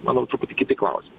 manau truputį kiti klausimai